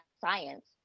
science